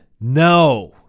No